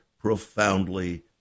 profoundly